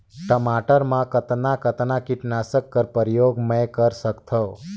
टमाटर म कतना कतना कीटनाशक कर प्रयोग मै कर सकथव?